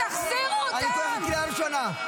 אני קורא אותך בקריאה ראשונה.